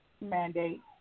mandate